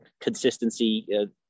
consistency